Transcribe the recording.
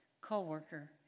co-worker